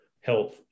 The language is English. health